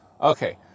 okay